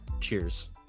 Cheers